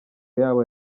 yabo